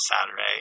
saturday